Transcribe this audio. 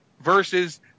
Versus